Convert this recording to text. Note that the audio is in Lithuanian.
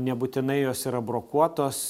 nebūtinai jos yra brokuotos